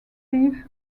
thief